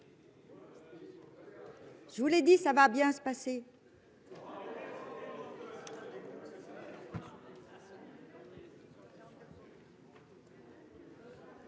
Je vous l'ai dit, ça va bien se passer.